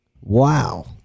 Wow